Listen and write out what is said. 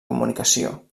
comunicació